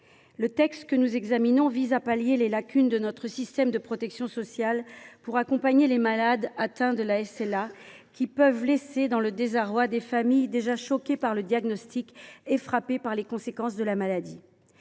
Le texte que nous examinons vise à pallier les lacunes de notre système de protection sociale dans l’accompagnement des malades atteints de sclérose latérale amyotrophique, lacunes qui peuvent laisser dans le désarroi des familles déjà choquées par le diagnostic et frappées par les conséquences de la maladie.